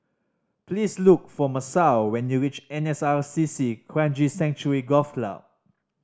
please look for Masao when you reach N S R C C Kranji Sanctuary Golf Club